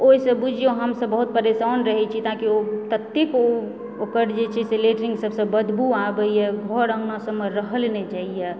ओहिसँ बुझियो हमसब बहुत परेशान रहय छी किआकि ततेक ओ ओकर जे छै लैट्रिन सभसँ बदबू आबैए घर अङ्गना सभमे रहल नहि जाइए